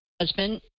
Husband